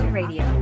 radio